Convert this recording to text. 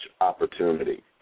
opportunity